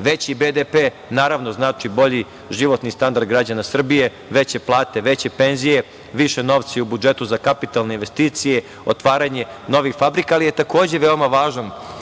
Veći BDP, naravno, znači bolji životni standard građana Srbije, veće plate, veće penzije, više novca i u budžetu za kapitalne investicije, otvaranje novih fabrika, ali je takođe veoma važan